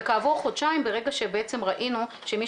וכעבור חודשיים ברגע שבעצם ראינו שמי